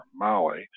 Molly